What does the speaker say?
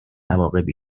عواقبی